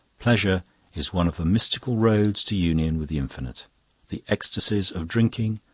pleasure is one of the mystical roads to union with the infinite the ecstasies of drinking,